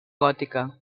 gòtica